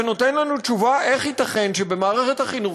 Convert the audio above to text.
ונותן לנו תשובה איך ייתכן שבמערכת החינוך